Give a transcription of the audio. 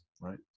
right